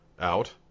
out